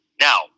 now